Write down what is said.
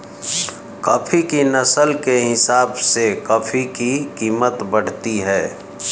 coffee की नस्ल के हिसाब से कॉफी की कीमत बढ़ती है